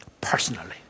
personally